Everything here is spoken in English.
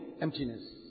emptiness